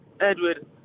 Edward